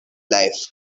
life